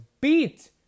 beat